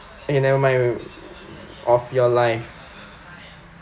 eh never mind of your life